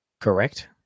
correct